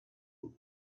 would